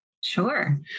sure